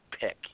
pick